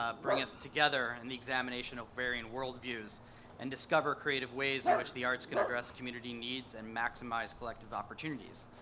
ah bring us together in the examination of varying worldviews and discover creative ways in which the arts can address community needs and maximize collective opportunities.